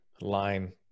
line